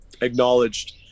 acknowledged